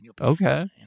Okay